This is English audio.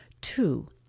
Two